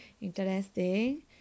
Interesting